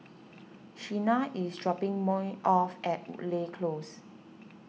Sheena is dropping me off at Woodleigh Close